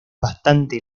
bastante